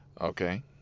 Okay